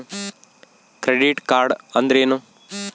Credit card ಅಂದ್ರೇನು?